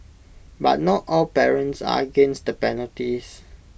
but not all parents are against the penalties